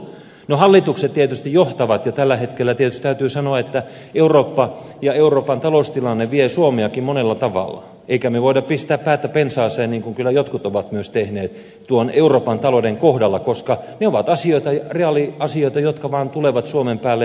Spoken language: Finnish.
no hallitukset tietysti johtavat ja tällä hetkellä tietysti täytyy sanoa että eurooppa ja euroopan taloustilanne vie suomeakin monella tavalla emmekä me voi pistää päätä pensaaseen niin kuin kyllä jotkut ovat myös tehneet tuon euroopan talouden kohdalla koska ne ovat reaaliasioita jotka vaan tulevat suomen päälle halusimmepa tai emme